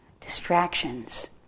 distractions